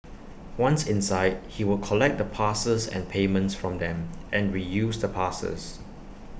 once inside he would collect the passes and payments from them and reuse the passes